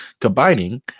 combining